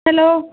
hello